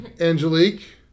Angelique